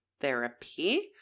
therapy